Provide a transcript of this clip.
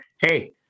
hey